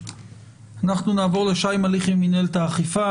אנחנו נעבור לשי מליחי ממנהלת האכיפה,